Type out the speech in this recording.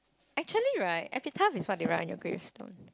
actually right epitaph is what they write on your gravestone